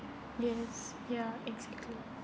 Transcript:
yes ya exactly